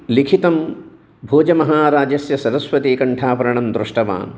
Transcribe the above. लिखितं भोजमहाराजस्य सरस्वतीकण्ठाभरणं दृष्टवान्